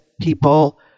people